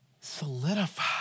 solidify